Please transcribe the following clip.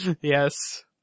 Yes